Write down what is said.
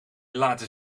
laten